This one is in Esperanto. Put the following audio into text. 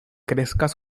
kreskas